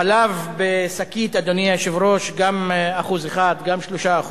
חלב בשקית, אדוני היושב-ראש, גם 1% וגם 3%,